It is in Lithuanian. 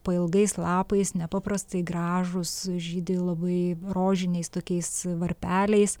pailgais lapais nepaprastai gražūs žydi labai rožiniais tokiais varpeliais